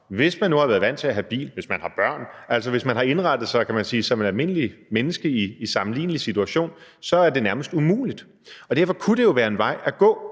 Hvis man nu har været vant til at have bil, eller hvis man har børn, altså hvis man har indrettet sig som et almindeligt menneske i en sammenlignelig situation, så er det nærmest umuligt. Derfor kunne det jo være en vej at gå,